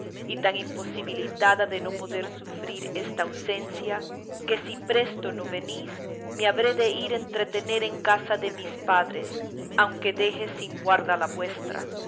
y tan imposibilitada de no poder sufrir esta ausencia que si presto no venís me habré de ir a entretener en casa de mis padres aunque deje sin guarda la vuestra